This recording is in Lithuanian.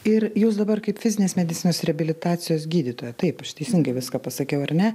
ir jūs dabar kaip fizinės medicinos reabilitacijos gydytoja taip aš teisingai viską pasakiau ar ne